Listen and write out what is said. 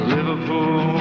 Liverpool